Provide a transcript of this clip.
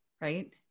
right